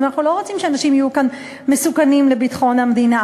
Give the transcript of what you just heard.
אנחנו לא רוצים שאנשים כאן יהיו מסוכנים לביטחון המדינה,